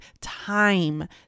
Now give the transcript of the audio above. time